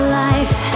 life